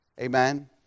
Amen